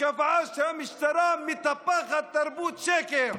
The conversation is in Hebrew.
קבעה שהמשטרה מטפחת תרבות שקר.